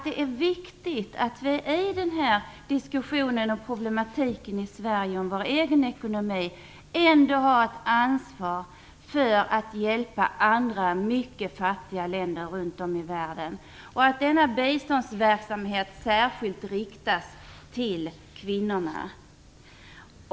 Det är viktigt att vi i den här diskussionen om problemen i Sverige och vår egen ekonomi ändå kommer ihåg att vi har ett ansvar för att hjälpa andra mycket fattiga länder runt om i världen. Det är viktigt att denna biståndsverksamhet särskilt riktas till kvinnorna.